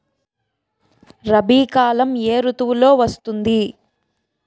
రబీ కాలం ఏ ఋతువులో వస్తుంది?